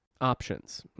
options